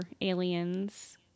aliens